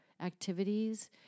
activities